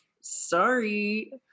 Sorry